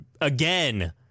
again